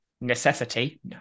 necessity